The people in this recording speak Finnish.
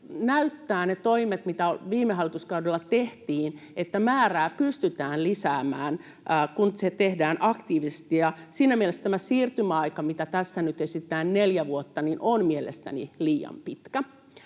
näyttää ne toimet, mitä viime hallituskaudella tehtiin, että määrää pystytään lisäämään, kun se tehdään aktiivisesti. Siinä mielessä tämä siirtymäaika, mitä tässä nyt esitetään, neljä vuotta, on mielestäni liian pitkä.